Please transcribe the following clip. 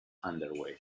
underway